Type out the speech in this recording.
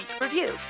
Review